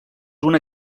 una